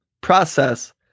process